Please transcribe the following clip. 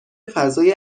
فضای